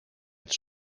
het